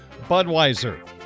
Budweiser